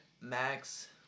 Max